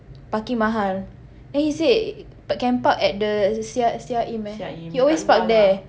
parking mahal then he say but can park at the Seah Seah Im eh he always park there